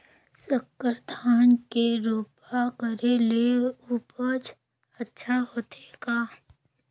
संकर धान के रोपा करे ले उपज अच्छा होथे का?